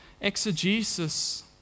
exegesis